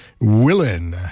Willin